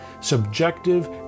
subjective